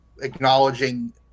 acknowledging